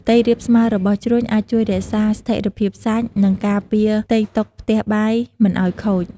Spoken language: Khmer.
ផ្ទៃរាបស្មើរបស់ជ្រុញអាចជួយរក្សាស្ថេរភាពសាច់ និងការពារផ្ទៃតុផ្ទះបាយមិនឲ្យខូច។